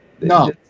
No